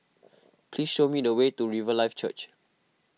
please show me the way to Riverlife Church